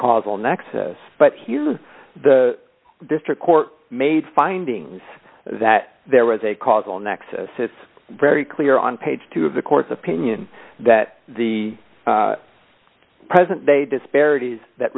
causal nexus but the district court made findings that there was a causal nexus it's very clear on page two of the court's opinion that the present day disparities that